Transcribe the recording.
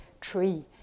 tree